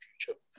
future